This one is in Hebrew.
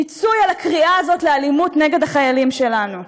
פיצוי על הקריאה הזאת לאלימות נגד החיילים שלנו.